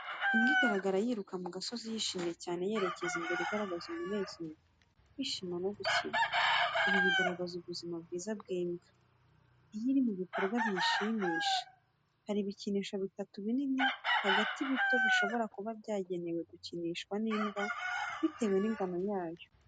Imbwa igaragara yiruka mu gasozi, yishimye cyane, yerekeza imbere igaragaza umunezero, kwishima no gukina. Ibi bigaragaza ubuzima bwiza bw’imbwa, iyo iri mu bikorwa biyishimisha. Hari ibikinisho bitatu binini hagati bito bishobora kuba byagenewe gukinishwa n’imbwa bitewe n’ingano yayo.